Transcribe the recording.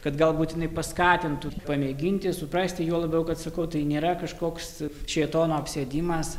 kad galbūt jinai paskatintų pamėginti suprasti juo labiau kad sakau tai nėra kažkoks šėtono apsėdimas